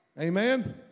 Amen